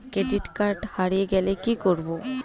Credit card হারিয়ে গেলে কি করব?